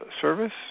service